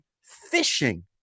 fishing